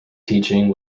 teaching